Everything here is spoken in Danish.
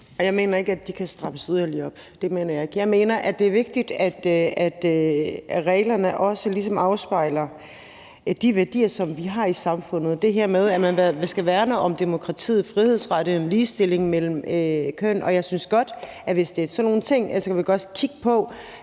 jeg mener ikke, at de kan strammes yderligere op. Det mener jeg ikke. Jeg mener, at det er vigtigt, at reglerne også ligesom afspejler de værdier, som vi har i samfundet, og det her med at vi skal værne om demokratiet, frihedsrettighederne og ligestillingen mellem køn. Og hvis det er sådan nogle ting, synes jeg godt vi kan